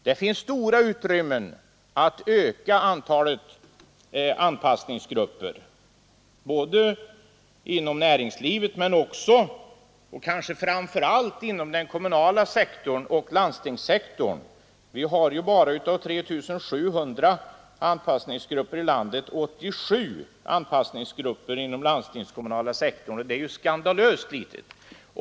Det finns stora utrymmen för att öka antalet anpassningsgrupper, både inom näringslivet men också och kanske framför allt inom den kommunala sektorn och landstingssektorn. Av 3 700 anpassningsgrupper i landet har vi bara 87 inom den landstingskommunala sektorn, och det är skandalöst litet.